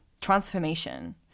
transformation